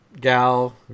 Gal